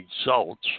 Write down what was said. results